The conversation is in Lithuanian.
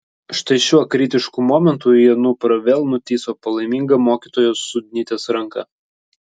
štai šiuo kritišku momentu į anuprą vėl nutįso palaiminga mokytojos sudnytės ranka